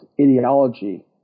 ideology